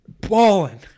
balling